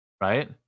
right